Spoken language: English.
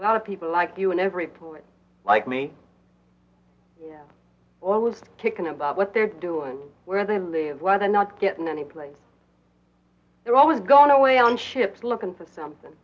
a lot of people like you and every point like me all was taken about what they're doing where they live why they're not getting any place they're always gone away on ships looking for something